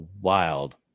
wild